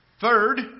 Third